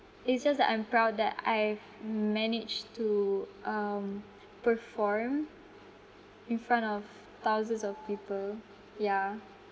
it's just that I'm proud that I managed to um perform in front of thousands of people yeah